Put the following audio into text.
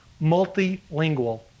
multilingual